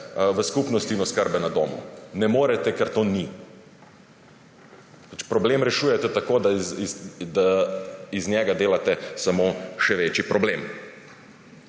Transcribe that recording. v skupnosti in oskrbe na domu. Ne morete, ker to ni. Problem rešujete tako, da iz njega delate samo še večji problem.